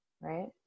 right